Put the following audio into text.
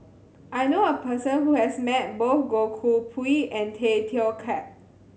I know a person who has met both Goh Koh Pui and Tay Teow Kiat